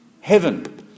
heaven